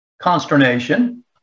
consternation